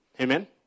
amen